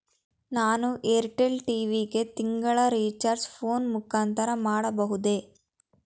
ನಾನು Airtel TV ಗೆ ತಿಂಗಳ ರಿಚಾರ್ಜ್ ಫೋನ್ ಮುಖಾಂತರ ಮಾಡಬಹುದೇ?